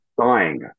dying